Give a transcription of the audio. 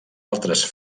altres